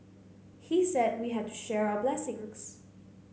he said we had to share our blessings